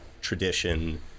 tradition